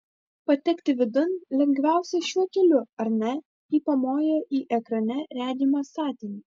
patekti vidun lengviausia šiuo keliu ar ne ji pamojo į ekrane regimą statinį